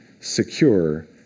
secure